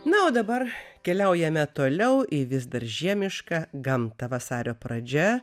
na o dabar keliaujame toliau į vis dar žiemišką gamtą vasario pradžia